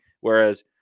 whereas